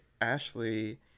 Ashley